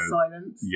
silence